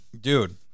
Dude